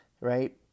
Right